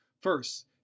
first